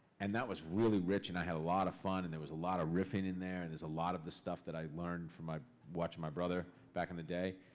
and that was really rich and i had a lot of fun and there was a lot of riffing in there, and there's a lot of the stuff that i'd learned from watching my brother back in the day.